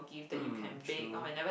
mm true